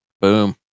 boom